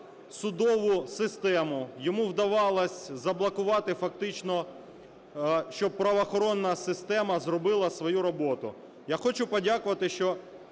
судову систему йому вдавалось заблокувати фактично, щоб правоохоронна система зробила свою роботу. Я хочу подякувати, що